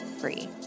free